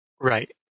Right